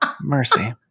Mercy